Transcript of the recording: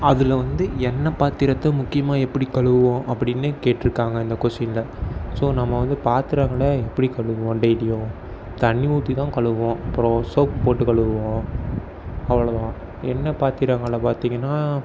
அதில் வந்து எண்ணெய் பாத்திரத்தை முக்கியமாக எப்படி கழுவுவோம் அப்படினு கேட்டிருக்காங்க இந்த கொஸ்டினில் ஸோ நம்ம வந்து பாத்திரங்களை எப்படி கழுவுவோம் டெய்லியும் தண்ணி ஊற்றி தான் கழுவுவோம் அப்புறம் சோப்பு போட்டு கழுவுவோம் அவ்வளோ தான் எண்ணெய் பாத்திரங்களை பார்த்திங்கனா